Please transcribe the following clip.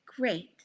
Great